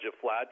flat